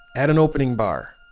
at an opening bar.